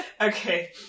okay